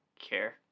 care